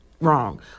wrong